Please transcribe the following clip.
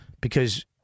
because-